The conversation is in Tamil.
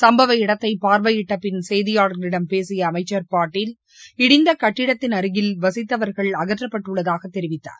சுப்பவ இடத்தை பார்வையிட்ட பின் செய்தியாளர்களிடம் பேசிய அமைச்சர் பாட்டீல் இடிந்த கட்டிடத்தின் அருகில் வசித்தவர்கள் அகற்றப்பட்டுள்ளதாக தெரிவித்தார்